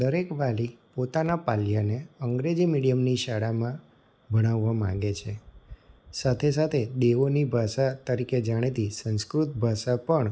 દરેક વાલી પોતાના પાલ્યને અંગ્રેજી મીડિયમની શાળામાં ભણાવવા માગે છે સાથે સાથે દેવોની ભાષા તરીકે જાણીતી સંસ્કૃત ભાષા પણ